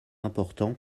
important